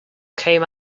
came